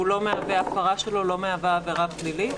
וההפרה שלו לא מהווה עבירה פלילית.